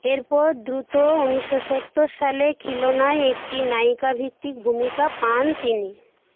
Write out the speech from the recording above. এরপর দ্রুত উনিশো সত্তর সালে খিলৌনায় একটি নায়িকা ভিত্তিক ভূমিকা পান তিনি